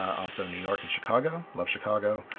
also new york and chicago, love chicago.